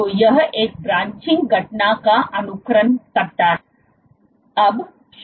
तो यह एक ब्रांचिंग घटना का अनुकरण करता है